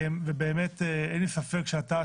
אין לי ספק שאתה,